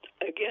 again